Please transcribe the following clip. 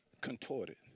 contorted